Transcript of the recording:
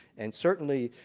and certainly,